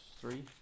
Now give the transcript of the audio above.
three